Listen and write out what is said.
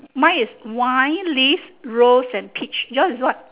mine is wine leave rose and peach your is what